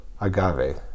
agave